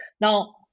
Now